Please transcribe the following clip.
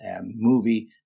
movie